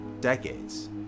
decades